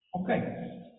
Okay